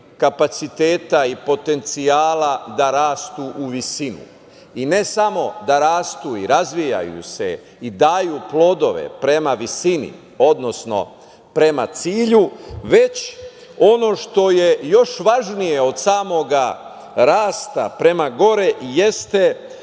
i potencijala da rastu u visinu. Ne samo da rastu i razvijaju se i daju plodove prema visini, odnosno prema cilju, već ono što je još važnije od samog rasta prema gore, jeste